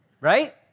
right